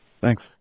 Thanks